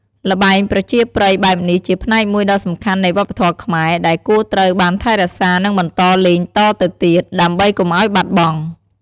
ល្បែងប្រជាប្រិយបែបនេះជាផ្នែកមួយដ៏សំខាន់នៃវប្បធម៌ខ្មែរ ដែលគួរត្រូវបានថែរក្សា និងបន្តលេងតទៅទៀត ដើម្បីកុំឲ្យបាត់បង់។